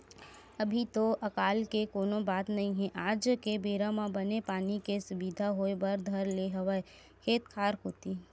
अभी तो अकाल के कोनो बात नई हे आज के बेरा म बने पानी के सुबिधा होय बर धर ले हवय खेत खार कोती